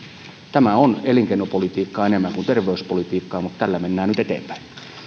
tämä on elinkeinopolitiikkaa enemmän kuin terveyspolitiikkaa mutta tällä mennään nyt eteenpäin